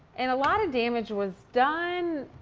and a lot of damage was done.